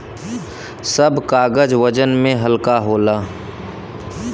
सब कागज वजन में हल्का होला